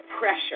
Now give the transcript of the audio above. pressure